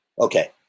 Okay